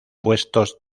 puestos